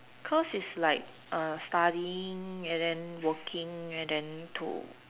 cause it's like studying and then working and then to